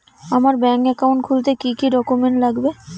আমার bank account খুলতে কি কি ডকুমেন্ট লাগবে?